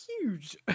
huge